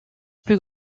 plus